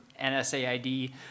NSAID